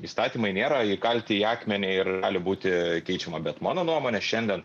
įstatymai nėra įkalti į akmenį ir gali būti keičiama bet mano nuomone šiandien